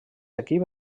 equip